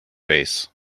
face